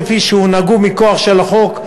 כפי שהונהגו מכוח של החוק,